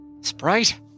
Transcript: Sprite